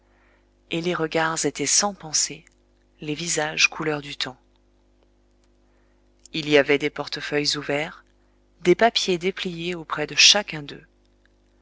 et les regards étaient sans pensée les visages couleur du temps il y avait des portefeuilles ouverts des papiers dépliés auprès de chacun d'eux